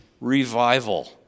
revival